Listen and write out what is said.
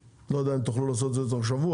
לא יודע אם תוכלו לעשות את זה תוך שבוע,